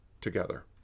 together